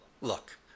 look